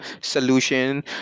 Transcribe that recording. solution